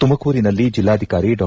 ತುಮಕೂರಿನಲ್ಲಿ ಬೆಲ್ಲಾಧಿಕಾರಿ ಡಾ